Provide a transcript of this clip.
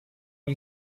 you